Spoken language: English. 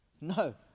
No